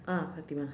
ah fatimah